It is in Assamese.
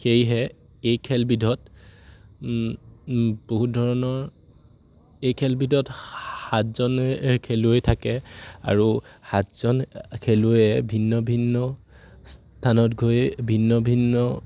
সেয়েহে এই খেলবিধত বহুত ধৰণৰ এই খেলবিধত সাতজন খেলুৱৈ থাকে আৰু সাতজন খেলুৱৈয়ে ভিন্ন ভিন্ন স্থানত গৈ ভিন্ন ভিন্ন